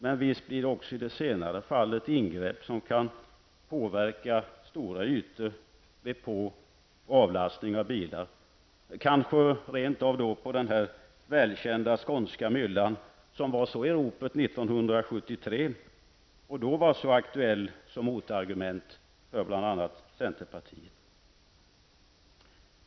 Men visst blir det också i det senare fallet ett ingrepp som kan påverka stora ytor vid på och avlastning av bilar -- kanske rent av på den välkända skånska myllan som var så i ropet 1973 och som då var så aktuell som motargument för bl.a. centerpartiet.